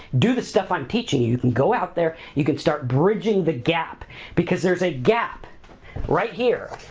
do the stuff i'm teaching you. you can go out there, you can start bridging the gap because there's a gap right here.